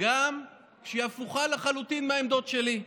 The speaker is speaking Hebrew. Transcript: גם כשהיא הפוכה לחלוטין מהעמדות שלי.